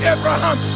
Abraham